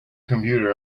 computer